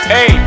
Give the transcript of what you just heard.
Hey